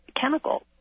chemical